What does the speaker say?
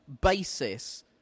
basis